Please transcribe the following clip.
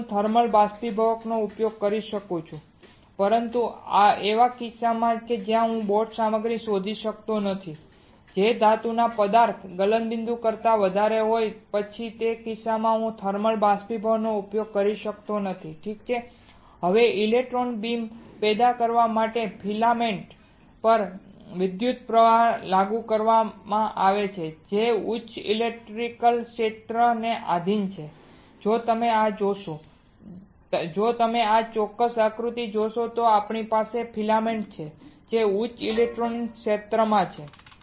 પછી હું થર્મલ બાષ્પીભવકનો ઉપયોગ કરી શકું છું પરંતુ એવા કિસ્સાઓમાં જ્યાં હું બોટની સામગ્રી શોધી શકતો નથી જે ધાતુના પદાર્થ ગલનબિંદુ કરતા વધારે હોય પછી તે કિસ્સામાં હું થર્મલ બાષ્પીભવનનો ઉપયોગ કરી શકતો નથી ઠીક છે હવે ઇલેક્ટ્રોન બીમ પેદા કરવા માટે ફિલામેન્ટ પર વિદ્યુત પ્રવાહ લાગુ પડે છે જે ઉચ્ચ ઇલેક્ટ્રિક ક્ષેત્ર ને આધિન છે જો તમે આ જોશો જો તમે આ ચોક્કસ આકૃતિ જોશો તો આપણી પાસે ફિલામેન્ટ છે જે ઉચ્ચ ઇલેક્ટ્રિક ક્ષેત્રમાં છે